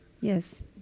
yes